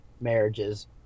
marriages